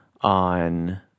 on